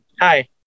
Hi